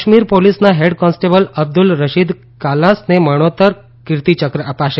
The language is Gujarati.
કાશ્મીર પોલીસના હેડ કોન્સ્ટેબલ અબ્દુલ રશીદ કાલાસને મરણોત્તર કીર્તીચક અપાશે